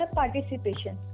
participation